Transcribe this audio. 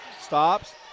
stops